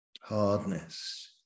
Hardness